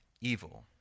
evil